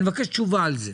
אני מבקש תשובה על זה.